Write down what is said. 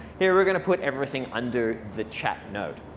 here we're going to put everything under the chat node.